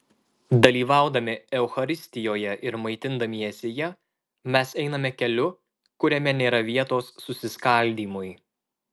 dalyvaudami eucharistijoje ir maitindamiesi ja mes einame keliu kuriame nėra vietos susiskaldymui